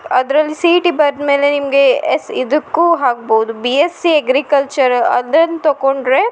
ಅದರಲ್ಲಿ C E T ಬರ್ದ ಮೇಲೆ ನಿಮಗೆ ಎಸ್ ಇದಕ್ಕೂ ಆಗ್ಬೌದು ಬಿ ಎಸ್ಸಿ ಎಗ್ರಿಕಲ್ಚರ್ ಅದನ್ನು ತೊಕೊಂಡರೆ